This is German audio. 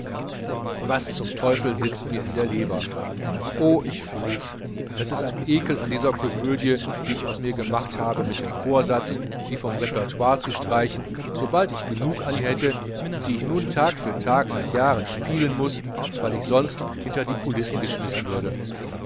was zum teufel sitzt mir in der leber oh ich fühls es ist ein ekel an dieser comödie die ich aus mir gemacht habe mit dem vorsatz sie vom repertoire zu streichen sobald ich genug an ihr hätte und die ich nun tag für tag seit jahren spielen muß weil ich sonst hinter die coulissen geschmissen würde